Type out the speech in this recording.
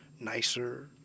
nicer